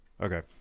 Okay